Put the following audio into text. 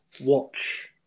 watch